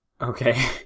Okay